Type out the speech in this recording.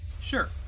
Sure